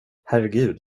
herregud